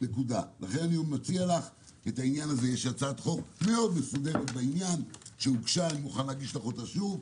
יש לי הצעת חוק מאוד מסודרת בעניין שהוגשה ואני מוכן לשלוח לך אותה שוב.